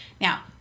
Now